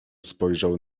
spojrzał